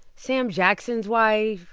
sam jackson's wife?